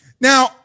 Now